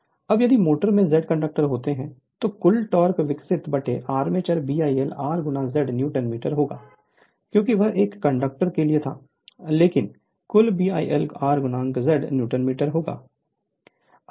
Refer Slide Time 0434 अब यदि motor में Z कंडक्टर होते हैं तो कुल टॉर्क विकसित armature BIL r Z newton metre होगा क्योंकि वह एक कंडक्टर के लिए था लेकिन कुल b IL r Z newton metre होगा